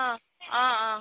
অঁ অঁ অঁ